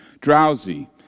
drowsy